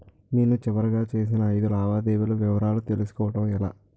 నేను చివరిగా చేసిన ఐదు లావాదేవీల వివరాలు తెలుసుకోవటం ఎలా?